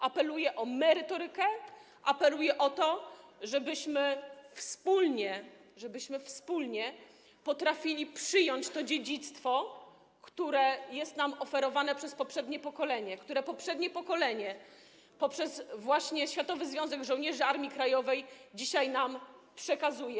Apeluję o merytorykę, apeluję o to, żebyśmy wspólnie potrafili przyjąć to dziedzictwo, które jest nam oferowane przez poprzednie pokolenie, które poprzednie pokolenie właśnie poprzez Światowy Związek Żołnierzy Armii Krajowej dzisiaj nam przekazuje.